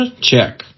check